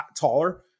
taller